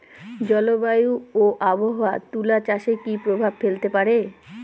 জলবায়ু ও আবহাওয়া তুলা চাষে কি প্রভাব ফেলতে পারে?